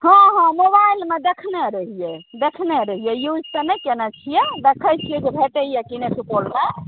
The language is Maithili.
हँ हँ मोबाइलमे देखने रहिए देखने रहिए यूज तऽ नहि केने छिए देखै छिए भेटैए कि नहि सुपौलमे